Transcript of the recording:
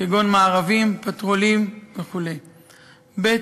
כגון מארבים, פטרולים וכו'; ב.